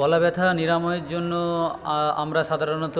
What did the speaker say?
গলা ব্যথা নিরাময়ের জন্য আমরা সাধারাণত